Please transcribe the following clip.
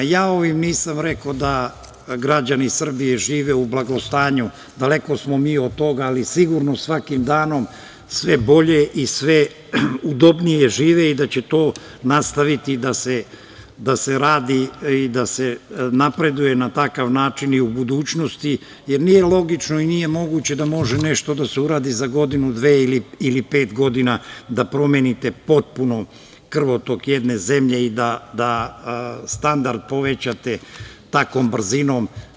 Nisam rekao da građani Srbije žive u blagostanju, daleko smo mi od toga, ali sigurno svakim danom sve bolje i sve udobnije žive, i da će to nastaviti da se radi i da se napreduje na takav način i u budućnosti, jer nije logično i nije moguće da može nešto da se uradi za godinu, dve ili pet godina, da promenite potpuno krvotok jedne zemlje i da standard povećate takvom brzinom.